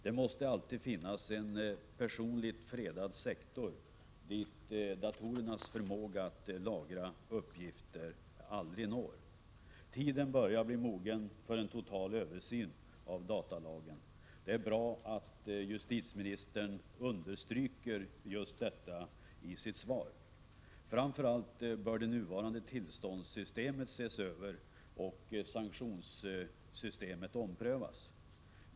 Det måste alltid finnas en personlig fredad sektor dit datorernas förmåga att lagra uppgifter aldrig når. Tiden börjar bli mogen för en total översyn av datalagen. Det är bra att justitieministern understryker just detta i sitt svar. Framför allt bör det nuvarande tillståndssystemet ses över och sanktionssystemet omprövas.